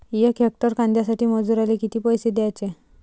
यक हेक्टर कांद्यासाठी मजूराले किती पैसे द्याचे?